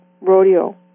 rodeo